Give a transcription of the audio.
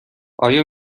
آیا